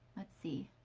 let's see.